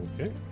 Okay